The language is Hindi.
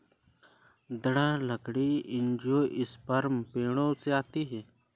दृढ़ लकड़ी एंजियोस्पर्म पेड़ों से आती है